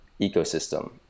ecosystem